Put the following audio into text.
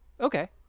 Okay